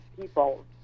people